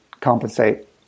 compensate